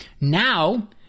Now